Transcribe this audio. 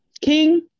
King